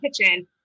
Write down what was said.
kitchen